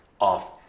off